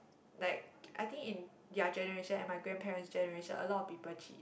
like I think in their generation and my grandparent's generation a lot of people cheat